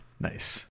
Nice